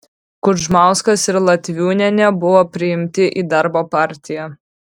kudžmauskas ir latviūnienė buvo priimti į darbo partiją